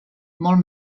molt